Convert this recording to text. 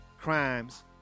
crimes